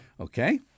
okay